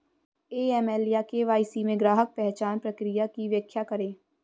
AML या KYC में ग्राहक पहचान प्रक्रिया की व्याख्या करें?